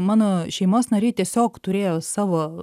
mano šeimos nariai tiesiog turėjo savo